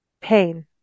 pain